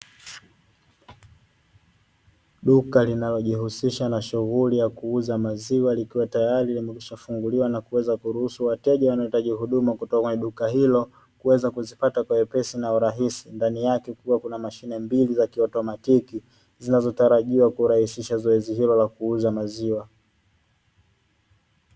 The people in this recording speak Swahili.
Duka linalojihusisha na shughuli ya kuuza maziwa likiwa tayari limekwishafunguliwa na kuweza kuruhusu wateja wanahitaji hudumu kutoka kwenye duka hilo kuweza kuzipata kwa wepesi na urahisi. Ndani yake kukiwa kuna mashine mbili za kiautomatiki zinazotarajiwa kurahisisha zoezi hilo la kuuza maziwa.